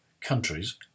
countries